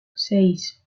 seis